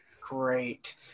Great